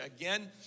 again